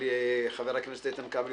אל חבר הכנסת איתן כבל,